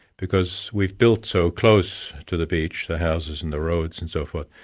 because we've built so close to the beach, the houses and the roads and so forth,